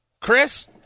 Chris